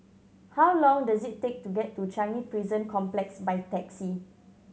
how long does it take to get to Changi Prison Complex by taxi